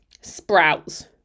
sprouts